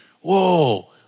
whoa